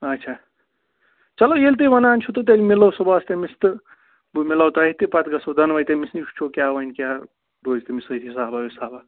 اچھا چلو ییٚلہِ تُہۍ وَنان چھُو تہٕ تیٚلہِ مِلو صُبحس تٔمِس تہٕ بہٕ مِلو تۄہہِ تہِ پَتہٕ گژھو دۄنوَے تٔمِس نِش وُچھو کیٛاہ وۄنۍ کیٛاہ روٗزِ تٔمِس سۭتۍ حِسابہ وسابہ